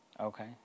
Okay